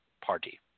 party